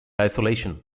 isolation